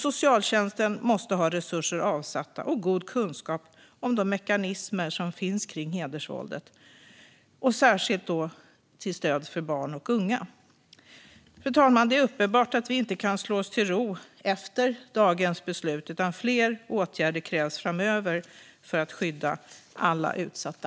Socialtjänsten måste ha resurser avsatta och god kunskap om de mekanismer som finns kring hedersvåldet, särskilt när det gäller att ge stöd till barn och unga. Fru talman! Det är uppenbart att vi inte kan slå oss till ro efter dagens beslut. Fler åtgärder krävs framöver för att skydda alla utsatta.